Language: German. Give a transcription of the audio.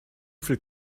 viel